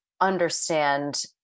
understand